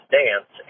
dance